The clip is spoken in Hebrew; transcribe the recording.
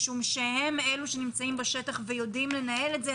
משום שהם אלה שנמצאים בשטח ויודעים לנהל את זה.